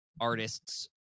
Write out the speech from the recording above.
artists